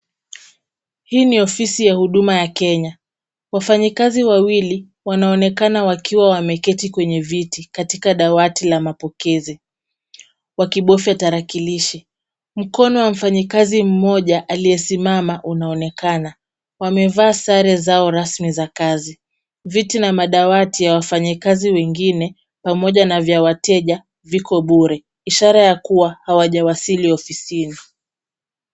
Hii ni ofisi ya huduma ya Kenya. Wafanyikazi wawili, wanaonekana wakiwa wameketi kwenye viti, katika dawati la mapokezi. Wakibonyeza tarakilishi. Mkono wa mfanyikazi mmoja aliyesimama, unaonekana. Wamevaa zao rasmi za kazi. Viti na madawati ya wafanyakazi wengine, pamoja na vya wateja viko bure. Ishara ya kuwa hawajawasili ofisini.